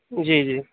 جی جی